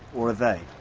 or are they?